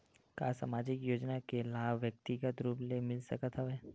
का सामाजिक योजना के लाभ व्यक्तिगत रूप ले मिल सकत हवय?